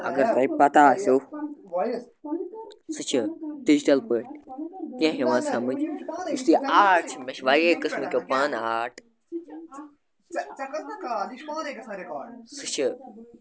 اگر تۄہہِ پَتہ آسیو سُہ چھِ ڈِجٹَل پٲٹھۍ کیٚنٛہہ یِوان سَمٕجھ یُس یہِ آرٹ چھُ مےٚ چھِ واریاہ قٕسمٕکیو پانہٕ آرٹ سُہ چھِ